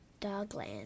Dogland